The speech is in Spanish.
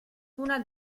una